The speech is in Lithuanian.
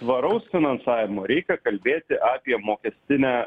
tvaraus finansavimo reikia kalbėti apie mokestinę